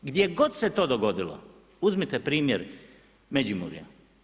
Gdje god se to dogodilo uzmite primjer Međimurja.